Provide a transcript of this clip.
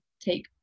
take